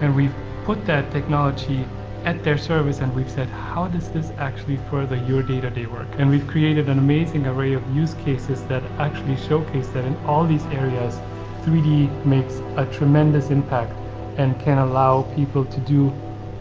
and we've put that technology at their service and we've said, how does this actually further your day to day work? and we've created an amazing array of use cases that actually showcase that in all these areas three d makes a tremendous impact and can allow people to do